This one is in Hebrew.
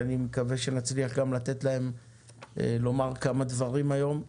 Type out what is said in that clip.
אני מקווה שנצליח לתת להם לומר כמה דברים היום.